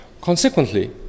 Consequently